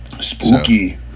Spooky